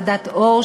ועדת אור,